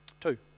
Two